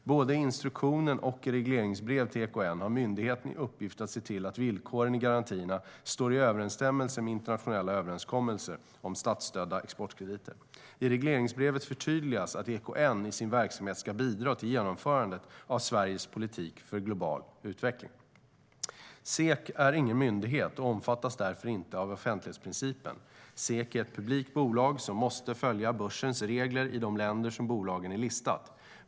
Både i instruktion och i regleringsbrev till EKN har myndigheten i uppgift att se till att villkoren i garantierna står i överensstämmelse med internationella överenskommelser om statsstödda exportkrediter. I regleringsbrevet förtydligas att EKN i sin verksamhet ska bidra till genomförandet av Sveriges politik för global utveckling. SEK är ingen myndighet och omfattas därför inte av offentlighetsprincipen. SEK är ett publikt bolag som måste följa börsens regler i de länder som bolaget är listat.